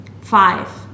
Five